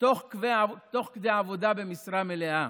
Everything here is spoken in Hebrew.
תוך כדי עבודה במשרה מלאה.